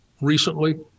recently